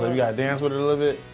you gotta dance with it a little bit?